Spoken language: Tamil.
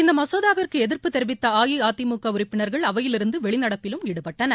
இந்த மசோதாவிற்கு எதிர்ப்பு தெரிவித்த அஇஅதிமுக உறுப்பினர்கள் அவையில் இருந்து வெளிநடப்பிலும் ஈடுபட்டனர்